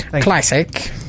Classic